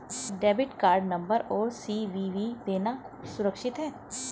Debit card number और CVV देना सुरक्षित है?